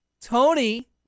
Tony